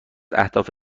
اهداف